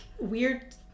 weird